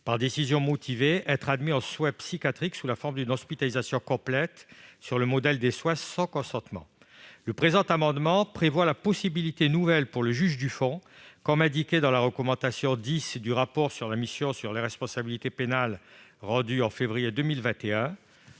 par décision motivée, être admises en soins psychiatriques sous la forme d'une hospitalisation complète sur le modèle des soins sans consentement. Le présent amendement prévoit la possibilité nouvelle pour le juge du fond, conformément à la recommandation n° 10 du rapport de la mission sur l'irresponsabilité pénale rendu en février 2021,